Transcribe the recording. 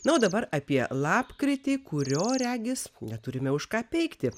na o dabar apie lapkritį kurio regis neturime už ką peikti